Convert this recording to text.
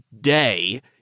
day